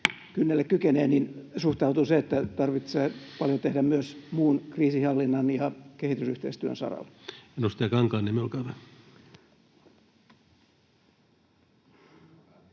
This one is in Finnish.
kynnelle kykenee, suhteutuu se, että tarvitsee tehdä paljon myös muun kriisinhallinnan ja kehitysyhteistyön saralla? Edustaja Kankaanniemi, olkaa hyvä.